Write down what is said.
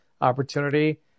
opportunity